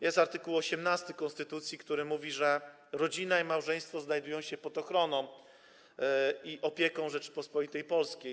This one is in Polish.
Jest art. 18 konstytucji, który mówi, że rodzina i małżeństwo znajdują się pod ochroną i opieką Rzeczypospolitej Polskiej.